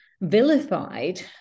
vilified